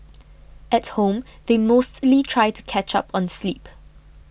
at home they mostly try to catch up on sleep